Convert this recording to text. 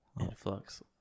Influx